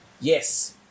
yes